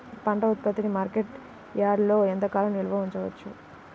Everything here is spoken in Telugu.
పంట ఉత్పత్తిని మార్కెట్ యార్డ్లలో ఎంతకాలం నిల్వ ఉంచవచ్చు?